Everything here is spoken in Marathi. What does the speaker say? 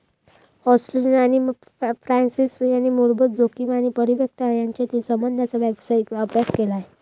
ॲस्टेलिनो आणि फ्रान्सिस यांनी मूलभूत जोखीम आणि परिपक्वता यांच्यातील संबंधांचा व्यावहारिक अभ्यास केला